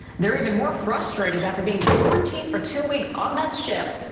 they're even more frustrated after being quarantined for two weeks on that ship,